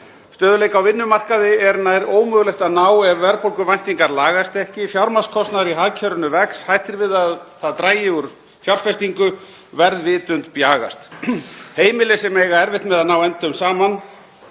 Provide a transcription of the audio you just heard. Stöðugleika á vinnumarkaði er nær ómögulegt að ná ef verðbólguvæntingar lagast ekki, fjármagnskostnaður í hagkerfinu vex, hætt er við að það dragi úr fjárfestingu og verðvitund bjagast. Heimili sem eiga erfitt með að ná endum saman